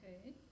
Okay